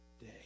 day